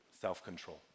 Self-control